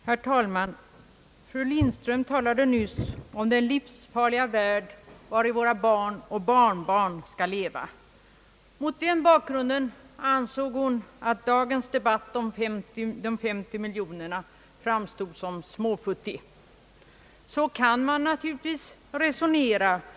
Herr talman! Fru Lindström talade nyss om den livsfarliga värld i vilken våra barn och barnbarn skall leva. Mot den bakgrunden ansåg hon att dagens debatt om de 50 miljoner kronorna framstod som småfuttig. Så kan man naturligtvis resonera.